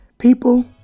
people